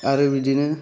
आरो बिदिनो